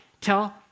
Tell